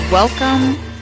Welcome